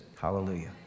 hallelujah